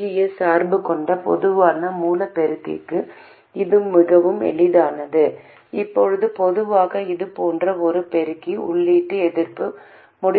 gate source bias மூலம் அசல் பொதுவான மூல பெருக்கியுடன் நாம் விவாதித்தது போல